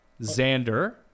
Xander